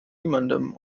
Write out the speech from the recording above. niemandem